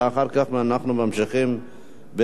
ואחר כך אנחנו ממשיכים בסדר-היום.